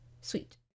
sweet